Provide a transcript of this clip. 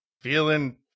feeling